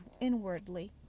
inwardly